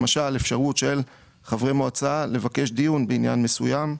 למשל אפשרות של חברי מועצה לבקש דיון בעניין מסוים.